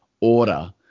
order